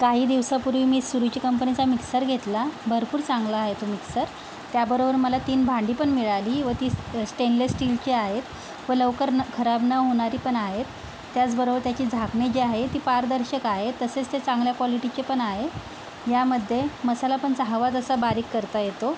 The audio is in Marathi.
काही दिवसापूर्वी मी सुरुची कंपनीचा मिक्सर घेतला भरपूर चांगला आहे तो मिक्सर त्याबरोबर मला तीन भांडीपण मिळाली व ती स् स्टेनलेस स्टीलची आहेत व लवकर न खराब न होणारी पण आहेत त्याचबरोबर त्याची झाकणे जी आहे ती पारदर्शक आहे तसेच ते चांगल्या कॉलिटीचेपण आहे ह्यामध्ये मसालापण चा हवा जसा बारीक करता येतो